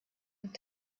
und